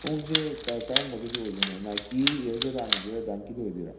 ꯈꯨꯃꯨꯛꯁꯦ ꯀꯔꯝꯕꯒꯤꯗ ꯑꯣꯏꯗꯣꯏꯅꯣ ꯅꯥꯏꯀꯤ ꯏꯌꯔ ꯖꯣꯔꯗꯥꯟ ꯑꯣꯏꯗꯣꯏꯔꯥ ꯗꯪꯀꯤꯗꯣ ꯑꯣꯏꯗꯣꯏꯔꯥ